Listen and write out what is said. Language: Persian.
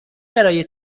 برای